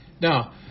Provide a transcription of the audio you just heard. Now